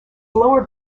lower